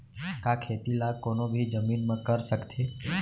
का खेती ला कोनो भी जमीन म कर सकथे?